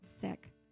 sick